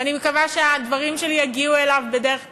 ואני מקווה שהדברים שלי יגיעו אליו בדרך כלשהי,